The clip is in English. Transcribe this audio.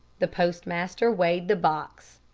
the postmaster weighed the box.